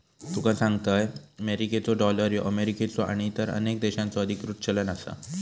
तुका सांगतंय, मेरिकेचो डॉलर ह्यो अमेरिकेचो आणि इतर अनेक देशांचो अधिकृत चलन आसा